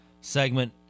segment